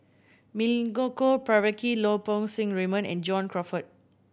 Milenko Prvacki Lau Poo Seng Raymond and John Crawfurd